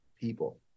people